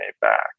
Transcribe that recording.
back